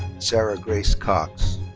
sarah grace cox.